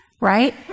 right